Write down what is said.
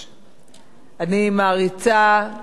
אני מעריצה סופרים,